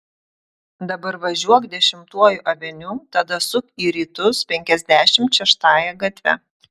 dabar važiuok dešimtuoju aveniu tada suk į rytus penkiasdešimt šeštąja gatve